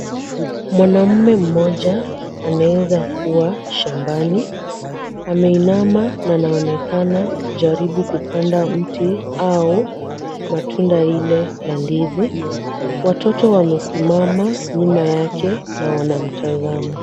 Mwanamume mmoja anaweza kuwa shambani. Ameinama na anaonekana kujaribu kupanda mti au matunda ile la ndizi. Watoto wamesimama nyuma yake na wanamtazama.